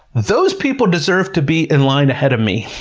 those people deserve to be in line ahead of me.